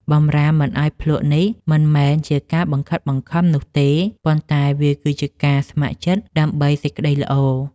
បម្រាមមិនឱ្យភ្លក្សនេះមិនមែនជាការបង្ខិតបង្ខំនោះទេ ប៉ុន្តែវាគឺជាការស្ម័គ្រចិត្តដើម្បីសេចក្តីល្អ។